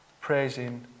praising